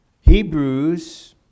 Hebrews